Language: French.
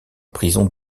prison